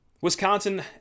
Wisconsin